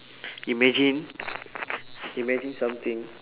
imagine imagine something